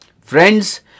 Friends